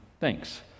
Thanks